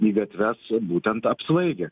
į gatves būtent apsvaigę